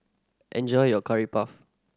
enjoy your Curry Puff